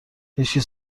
هیشکی